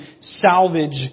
salvage